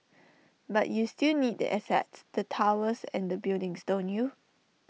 but you still need the assets the towers and the buildings don't you